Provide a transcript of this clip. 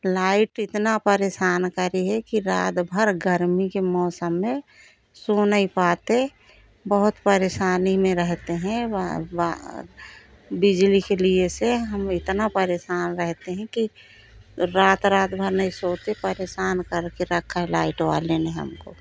light इतनी परेषान करी है कि रातभर गर्मी के मौसम में सो नहीं पाते बहुत परेशानी में रहते हैं व व बिजली के लिए से हम इतना परेशान रहते हैं कि रात रातभर नहीं सोते परेशान करके रखा है लाइट वाले ने हमको